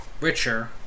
richer